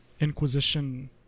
Inquisition